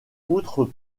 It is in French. poutres